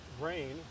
rain